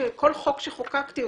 בכל חוק שחוקקתי,